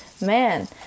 Man